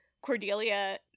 Cordelia